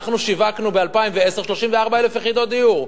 אנחנו שיווקנו ב-2010 34,000 יחידות דיור.